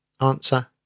Answer